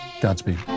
Godspeed